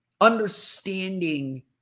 understanding